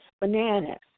Bananas